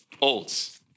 olds